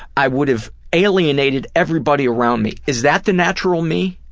i would have alienated everybody around me. is that the natural me?